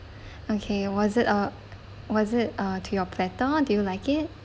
okay was it uh was it uh to your platter do you like it